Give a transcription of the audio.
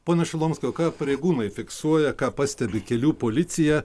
pone šalomskai o ką pareigūnai fiksuoja ką pastebi kelių policija